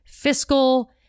fiscal